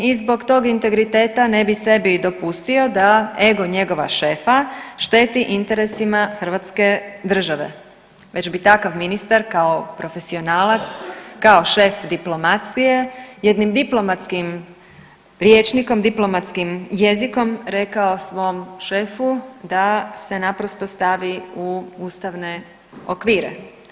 I zbog tog integriteta ne bi sebi dopustio da ego njegova šefa šteti interesima hrvatske države, već bi takav ministar kao profesionalac, kao šef diplomacije jednim diplomatskim rječnikom, diplomatskim jezikom rekao svom šefu da se naprosto stavi u ustavne okvire.